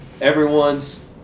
everyone's